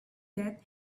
death